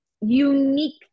unique